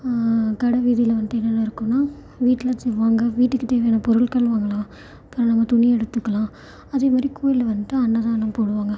கடைவீதியில வந்துட்டு என்னென்ன இருக்குன்னா வீட்டில் சொல்வாங்க வீட்டுக்கு தேவையான பொருட்கள் வாங்கலாம் அப்புறம் நம்ம துணி எடுத்துக்கலாம் அதேமாதிரி கோயிலில் வந்துட்டு அன்னதானம் போடுவாங்க